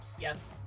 Yes